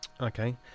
Okay